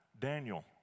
Daniel